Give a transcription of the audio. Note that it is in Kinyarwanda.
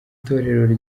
torero